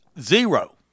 Zero